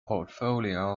portfolio